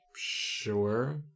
sure